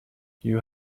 you